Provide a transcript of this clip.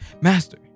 Master